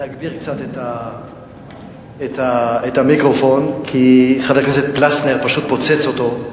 להגביר קצת את המיקרופון כי חבר הכנסת פלסנר פשוט פוצץ אותו.